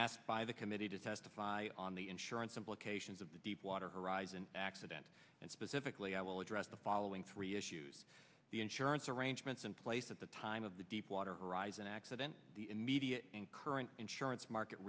asked by the committee to testify on the insurance implications of the deepwater horizon accident and specifically i will address the following three issues the insurance arrangements in place at the time of the deepwater horizon accident the immediate and current insurance market